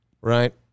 right